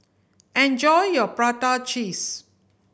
enjoy your prata cheese